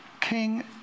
King